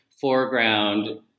foreground